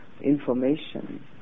information